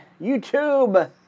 YouTube